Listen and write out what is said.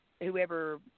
whoever